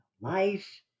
life